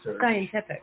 scientific